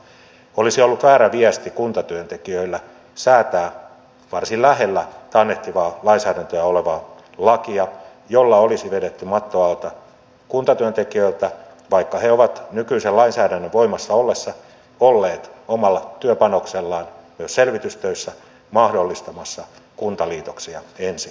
olisi ollut väärä viesti kuntatyöntekijöille säätää varsin lähellä taannehtivaa lainsäädäntöä olevaa lakia jolla olisi vedetty matto alta kuntatyöntekijöiltä vaikka he ovat nykyisen lainsäädännön voimassa ollessa olleet omalla työpanoksellaan myös selvitystöissä mahdollistamassa kuntaliitoksia ensi vuodelle